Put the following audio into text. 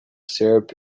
syrup